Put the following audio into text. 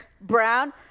brown